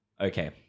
Okay